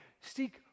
Seek